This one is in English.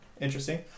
interesting